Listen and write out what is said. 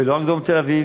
ולא רק דרום תל-אביב,